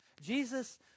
Jesus